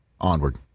Onward